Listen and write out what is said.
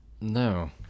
No